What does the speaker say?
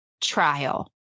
trial